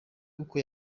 uko